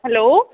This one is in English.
hello